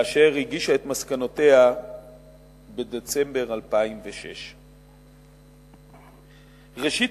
והגישה את מסקנותיה בדצמבר 2006. ראשית,